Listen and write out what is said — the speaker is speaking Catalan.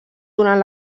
durant